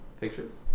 Pictures